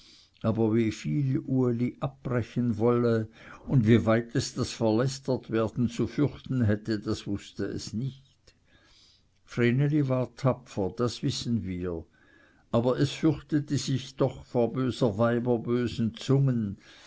aber wieviel uli abbrechen wolle und wieweit es das verlästertwerden zu fürchten hätte das wußte es nicht vreneli war tapfer das wissen wir aber es fürchtete sich doch vor böser weiber bösen zungen